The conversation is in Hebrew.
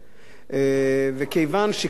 וכיוון שכבר הגענו עד הלום,